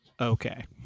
okay